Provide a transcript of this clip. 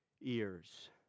ears